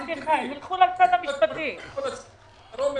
הוא אומר